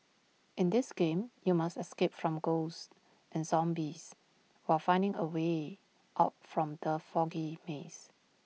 in this game you must escape from ghosts and zombies while finding A way out from the foggy maze